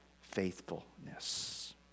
faithfulness